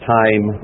time